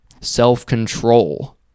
self-control